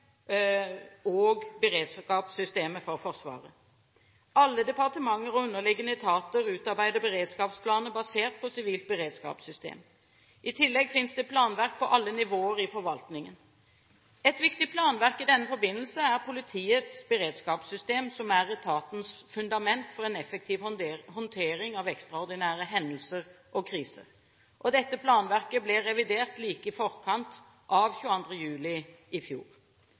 og Beredskapssystemet for Forsvaret. Alle departementer og underliggende etater utarbeider beredskapsplaner basert på Sivilt Beredskapssystem. I tillegg finnes det planverk på alle nivåer i forvaltningen. Et viktig planverk i denne forbindelse er Politiets beredskapssystem som er etatens fundament for en effektiv håndtering av ekstraordinære hendelser og kriser. Dette planverket ble revidert like i forkant av 22. juli i fjor.